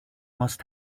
must